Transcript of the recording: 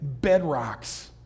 bedrocks